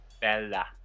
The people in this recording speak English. Bella